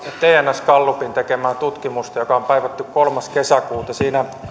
tns gallupin tekemää tutkimusta joka on päivätty kolmas kesäkuuta siinä